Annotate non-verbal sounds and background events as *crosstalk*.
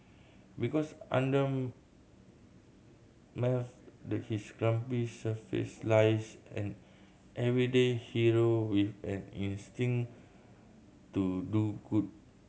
because *unintelligible* his grumpy surface lies an everyday hero with an instinct to do good